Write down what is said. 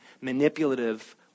manipulative